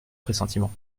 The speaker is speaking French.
pressentiment